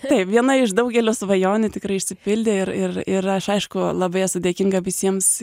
taip viena iš daugelio svajonių tikrai išsipildė ir ir ir aš aišku labai esu dėkinga visiems